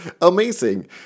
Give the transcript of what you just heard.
Amazing